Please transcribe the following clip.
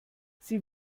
sie